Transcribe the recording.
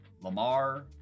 Lamar